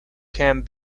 can